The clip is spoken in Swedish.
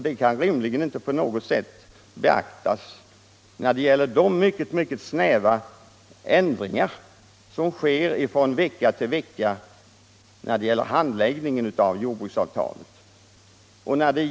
Det kan inte rimligen beaktas i fråga om de ändå rätt snäva ändringar som görs från vecka till vecka när det gäller handläggningen av jordbruksavtalet.